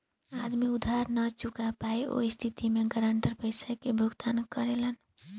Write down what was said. आदमी उधार ना चूका पायी ओह स्थिति में गारंटर पइसा के भुगतान करेलन